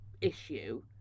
issue